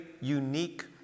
unique